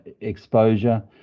exposure